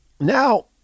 now